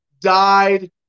died